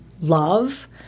love